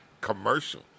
commercial